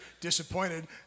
disappointed